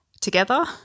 together